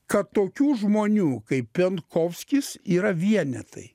kad tokių žmonių kaip penkovskis yra vienetai